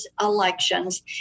elections